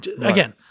again